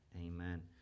Amen